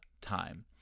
time